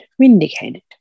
vindicated